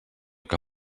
que